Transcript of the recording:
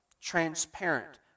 Transparent